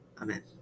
Amen